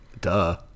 Duh